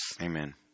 Amen